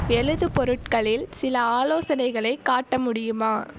எழுதுபொருட்களில் சில ஆலோசனைகளை காட்ட முடியுமா